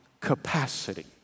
capacity